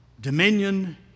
dominion